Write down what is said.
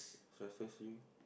stresses you